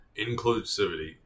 Inclusivity